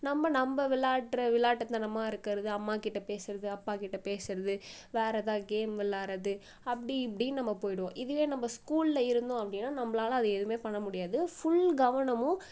நம்ம நம்ம விளாடுற விளாயாட்டுத்தனமா இருக்கிறது அம்மாக்கிட்டே பேசுகிறது அப்பாகிட்டே பேசுகிறது வேறு எதாது கேம் விள்ளாட்றது அப்படி இப்படின்னு நம்ம போயிடுவோம் இதுவே நம்ம ஸ்கூலில் இருந்தோம் அப்படின்னா நம்மளால அது எதுவுமே பண்ண முடியாது ஃபுல் கவனமும்